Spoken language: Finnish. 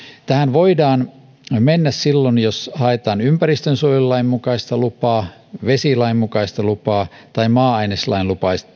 tähän voidaan mennä silloin jos haetaan ympäristönsuojelulain mukaista lupaa vesilain mukaista lupaa tai maa aineslain